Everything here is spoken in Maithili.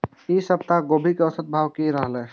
ई सप्ताह गोभी के औसत भाव की रहले?